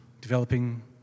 developing